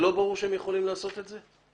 זה לא ברור שהם יכולים לעשות את זה?